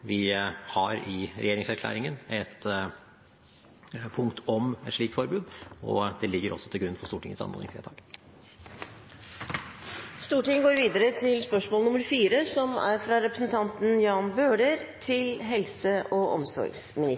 Vi har i regjeringserklæringen et punkt om slikt forbud, og det ligger også til grunn for Stortingets anmodningsvedtak. Jeg tillater meg å stille følgende